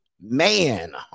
man